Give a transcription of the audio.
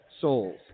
souls